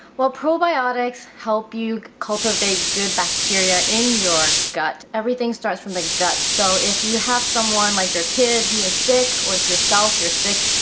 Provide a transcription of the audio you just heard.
well probiotics help you cultivate good bacteria in your gut. everything starts from the gut so if you have someone like your kid who is sick or if yourself, you're sick,